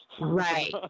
Right